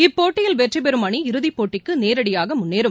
இப்போட்டியில் வெற்றி பெறும் அனி இறதிப்போட்டிக்கு நேரடியாக முன்னேறும்